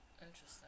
Interesting